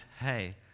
Hey